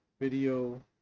video